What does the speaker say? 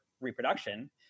reproduction